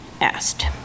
asked